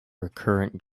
recurrent